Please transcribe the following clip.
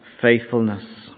faithfulness